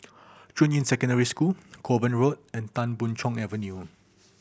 Junyuan Secondary School Kovan Road and Tan Boon Chong Avenue